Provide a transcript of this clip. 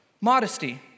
Modesty